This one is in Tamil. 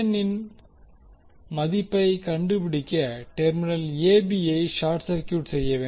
இன் மதிப்பை கண்டுபிடிக்க டெர்மினல் a b ஐ ஷார்ட் சர்கியூட் செய்ய வேண்டும்